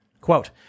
quote